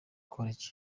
college